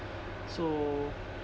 so